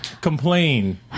Complain